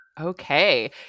Okay